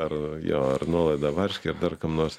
ar jo ar nuolaida varškei ar dar kam nors